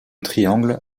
triangle